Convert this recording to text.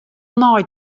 nei